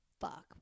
fuck